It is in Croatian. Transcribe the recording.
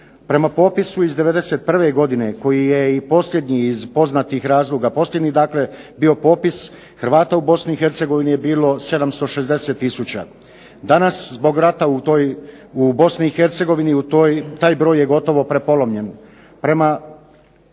prema popisu iz 91. godine koji je i posljednji iz poznatih razloga, posljednji dakle bio popis u Bosni i Hercegovini, Hrvata je bilo 760 tisuća. Danas zbog rata u Bosni i Hercegovini, taj broj je gotovo prepolovljen.